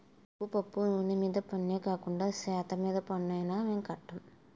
ఉప్పు పప్పు నూన మీద పన్నే కాకండా సెత్తమీద కూడా పన్నేనా మేం కట్టం